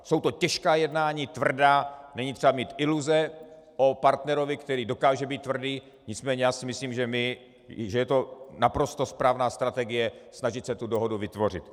Jsou to těžká jednání, tvrdá, není třeba mít iluze o partnerovi, který dokáže být tvrdý, nicméně si myslím, že je to naprosto správná strategie snažit se tu dohodu vytvořit.